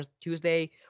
Tuesday